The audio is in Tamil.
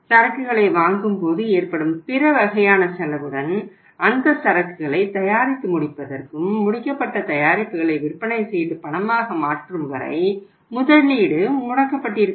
சரக்குகளை வாங்கும் போது ஏற்படும் பிற வகையான செலவுடன் அந்த சரக்குகளை தயாரித்து முடிப்பதற்கும் முடிக்கப்பட்ட தயாரிப்புகளை விற்பனை செய்து பணமாக மாற்றும் வரை முதலீடு முடக்கப்பட்டிருக்கும்